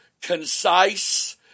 concise